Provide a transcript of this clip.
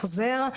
החזר.